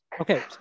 Okay